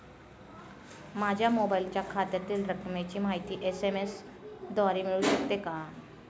माझ्या मोबाईलवर खात्यातील रकमेची माहिती एस.एम.एस द्वारे मिळू शकते का?